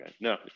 No